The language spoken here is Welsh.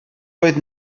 oedd